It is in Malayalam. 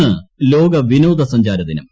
ഇന്ന് ലോക വിനോദസഞ്ചാരദിനം